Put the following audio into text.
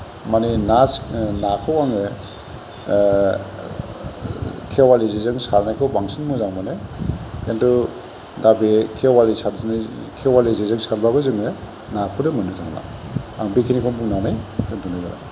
माने ना नाखौ आङो खेवालि जेजों सानायखौ बांसिन मोजां मोनो खिन्थु दा बे खेवालि सारनाय खेवालि जेजों नाफोर मोननो थांला आं बेखिनिखौनो बुंनानै दोन्थ'नाय जाबाय